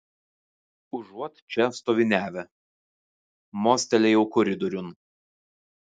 užuot čia stoviniavę mostelėjau koridoriun